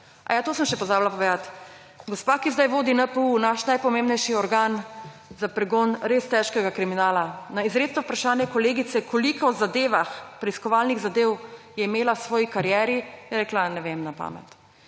Aja, to sem še pozabila povedati. Gospa, ki zdaj vodi NPU, naš najpomembnejši organ za pregon res težkega kriminala, na izrecno vprašanje kolegice, koliko preiskovalnih zadev je imela v svoji karieri, je rekla – Ne vem na pamet.